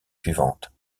suivantes